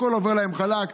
הכול עובר להם חלק,